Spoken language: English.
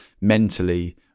mentally